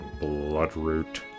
bloodroot